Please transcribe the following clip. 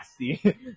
nasty